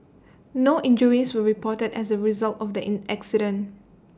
no injuries reported as A result of the in accident